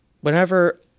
whenever